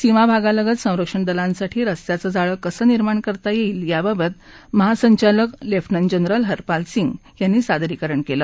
सीमाभागालगत संरक्षण दलांसाठी स्स्त्यांचं जाळं कसं निर्माण करता येईल या बाबत महासंचालक लेफ्टनंट जनरल हरपाल सिंग यांनी सादरीकरण केलं